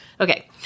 Okay